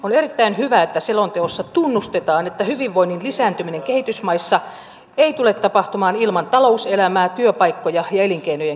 on erittäin hyvä että selonteossa tunnustetaan että hyvinvoinnin lisääntyminen kehitysmaissa ei tule tapahtumaan ilman talouselämää työpaikkoja ja elinkeinojen kehittymistä